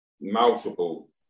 multiple